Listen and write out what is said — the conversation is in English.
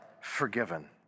forgiven